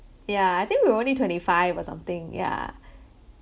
ya I think we were only twenty five or something yeah